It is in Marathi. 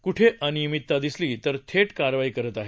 क्ठे अनियमितता दिसली तर थेट कारवाई करत आहेत